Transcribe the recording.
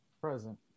Present